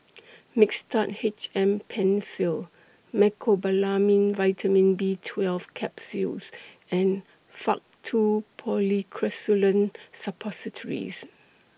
Mixtard H M PenFill Mecobalamin Vitamin B twelve Capsules and Faktu Policresulen Suppositories